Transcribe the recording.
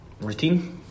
Routine